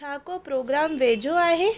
छा को प्रोग्राम वेझो आहे